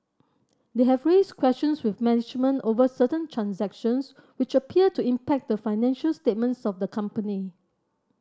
they have raised questions with management over certain transactions which appear to impact the financial statements of the company